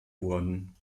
wurden